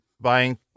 buying